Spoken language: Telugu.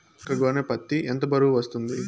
ఒక గోనె పత్తి ఎంత బరువు వస్తుంది?